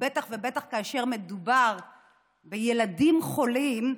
ובטח כאשר מדובר בילדים חולים.